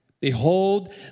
Behold